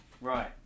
Right